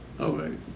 okay